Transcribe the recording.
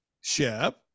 Shep